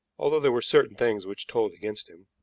although there were certain things which told against him.